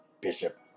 Bishop